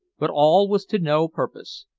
but all was to no purpose.